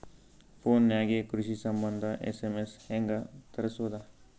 Phone ನಾಗೆ ಕೃಷಿ ಸಂಬಂಧ ಎಸ್.ಎಮ್.ಎಸ್ ಹೆಂಗ ತರಸೊದ?